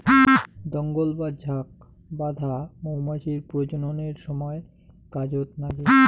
দঙ্গল বা ঝাঁক বাঁধা মৌমাছির প্রজননের সমায় কাজত নাগে